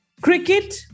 Cricket